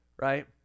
right